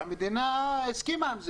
והמדינה הסכימה עם זה,